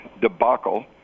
debacle